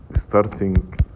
starting